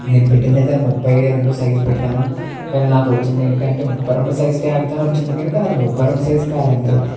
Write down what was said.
నేను పెట్టింది అయితే ముప్పై రెండు సైజు పెట్టాను కానీ నాకు వచ్చింది ఏంటంటే ముప్పై రెండు సైజ్ ట్యాగ్తో వచ్చింది కానీ అది ముప్పై రెండు సైజు కాదండి అది